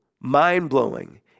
mind-blowing